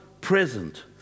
present